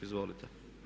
Izvolite.